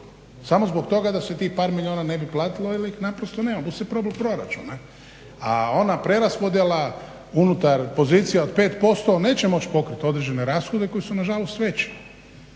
samo zbog toga da se tih par milijuna ne bi platilo jer ih naprosto nema. Bu se probil proračun, ne. A ona preraspodjela unutar pozicija od 5% neće moći pokriti određene rashode koji su na žalost veći.